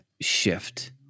shift